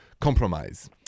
compromise